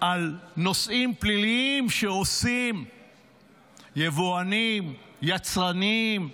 על נושאים פליליים שעושים יבואנים, יצרנים: